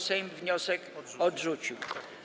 Sejm wniosek odrzucił.